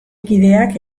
kideak